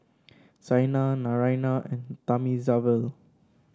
Saina Naraina and Thamizhavel